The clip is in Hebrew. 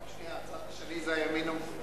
רק שנייה, הצד השני זה הימין המפוכח?